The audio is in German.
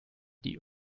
die